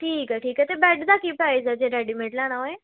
ਠੀਕ ਆ ਠੀਕ ਆ ਅਤੇ ਬੈੱਡ ਦਾ ਕੀ ਪ੍ਰਾਈਜ਼ ਹੈ ਜੇ ਰੈਡੀਮੇਡ ਲੈਣਾ ਹੋਏ